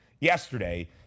yesterday